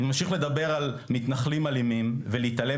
אם נמשיך לדבר על מתנחלים אלימים ונתעלם